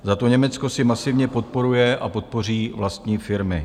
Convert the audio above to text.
Zato Německo si masivně podporuje a podpoří vlastní firmy.